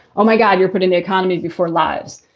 oh, my god, you're putting the economy before lives,